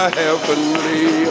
heavenly